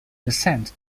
descent